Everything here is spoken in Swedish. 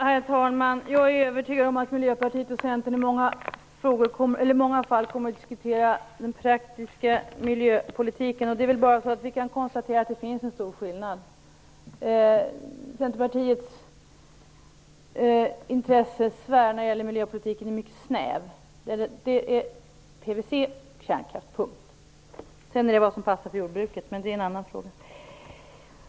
Herr talman! Jag är övertygad om att Miljöpartiet och Centern i många fall kommer att diskutera den praktiska miljöpolitiken, och vi kan väl konstatera att det finns en stor skillnad. Centerpartiets intressesfär när det gäller miljöpolitiken är mycket snäv. Den omspänner PVC och kärnkraft. Sedan kan det handla om vad som passar för jordbruket, men det är en annan fråga.